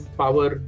power